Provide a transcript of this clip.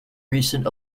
recent